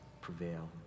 prevail